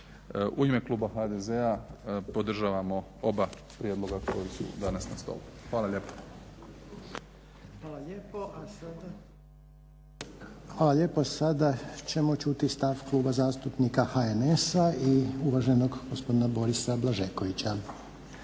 U ime kluba HDZ-a podržavamo oba prijedloga koji su danas na stolu. Hvala lijepa. **Reiner, Željko (HDZ)** Hvala lijepa. Sada ćemo čuti stav Kluba zastupnika HNS-a i uvaženog gospodina Borisa Blažekovića.